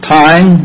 time